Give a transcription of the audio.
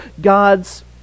God's